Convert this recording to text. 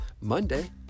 Monday